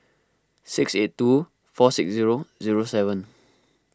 six eight two four six zero zero seven